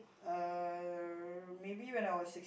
uh maybe when I was six